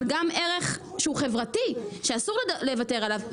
אבל גם ערך שהוא חברתי שאסור לוותר עליו.